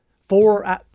Four